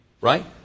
right